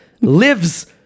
lives